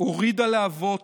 הורידה להבות,